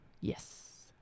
Yes